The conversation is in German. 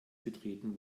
betreten